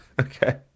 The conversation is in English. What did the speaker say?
okay